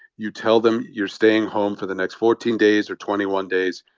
you tell them, you're staying home for the next fourteen days or twenty one days.